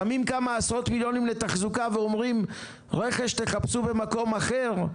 שמים כמה עשרות מיליונים לתחזוקה ואומרים רכש תחפשו במקום אחר?